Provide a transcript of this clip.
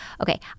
Okay